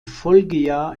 folgejahr